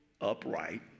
upright